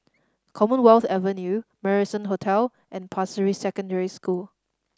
Commonwealth Avenue Marrison Hotel and Pasir Ris Secondary School